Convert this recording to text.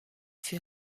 fut